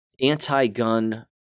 anti-gun